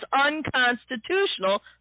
unconstitutional